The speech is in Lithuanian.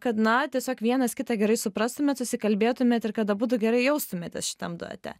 kad na tiesiog vienas kitą gerai suprastumėt susikalbėtumėt ir kad abudu gerai jaustumėtės šitam duete